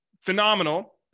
Phenomenal